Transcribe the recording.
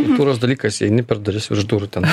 kultūros dalykas įeini per duris virš durų ten